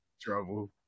Trouble